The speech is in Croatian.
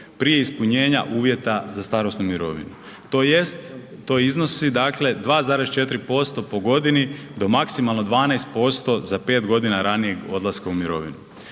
prije ispunjenja uvjeta za starosnu mirovinu tj. to iznosi dakle 2,4% po godini do maksimalno 12% za 5.g. ranijeg odlaska u mirovinu.